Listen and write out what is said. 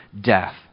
death